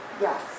Yes